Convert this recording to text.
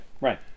right